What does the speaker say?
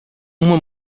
uma